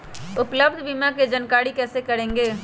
उपलब्ध बीमा के जानकारी कैसे करेगे?